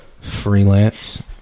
Freelance